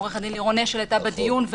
עורכת הדין לירון אשל הייתה בדיון -- נכון.